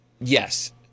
yes